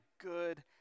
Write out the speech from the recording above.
good